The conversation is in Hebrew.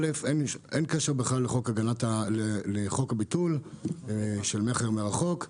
אין קשר לחוק הביטול של מכר מרחוק.